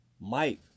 Mike